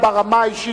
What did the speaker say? ברמה האישית,